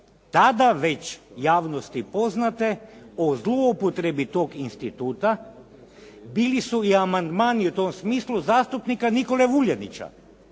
tada već javnosti poznate o zloupotrebi toga instituta, bili su i amandmani u tom smislu zastupnika Nikole Vuljanića